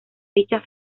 dicha